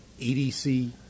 EDC